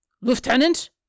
Lieutenant